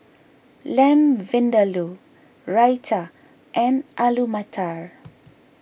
Lamb Vindaloo Raita and Alu Matar